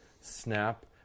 snap